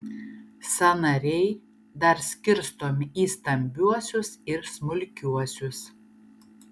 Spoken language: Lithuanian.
sąnariai dar skirstomi į stambiuosius ir smulkiuosius